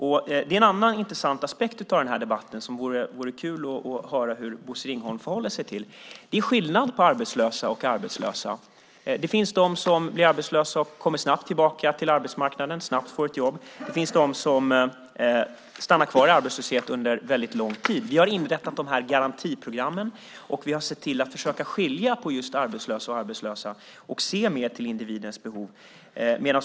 Det är en annan intressant aspekt av debatten som det vore kul att höra hur Bosse Ringholm förhåller sig till. Det är skillnad på arbetslösa och arbetslösa. Det finns de som blir arbetslösa och snabbt kommer ut på arbetsmarknaden, snabbt får ett jobb. Det finns de som stannar kvar i arbetslöshet under lång tid. Vi har inrättat garantiprogrammen, och vi har sett till att försöka skilja på arbetslösa och arbetslösa och se mer till individens behov.